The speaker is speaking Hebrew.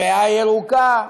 ריאה ירוקה,